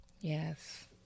Yes